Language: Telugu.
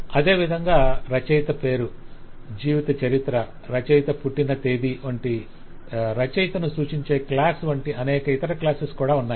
అదేవిధంగా రచయిత పేరు జీవిత చరిత్ర రచయిత పుట్టిన తేదీ వంటి రచయితను సూచించే క్లాస్ వంటిఅనేక ఇతర క్లాసెస్ కూడా ఉన్నాయి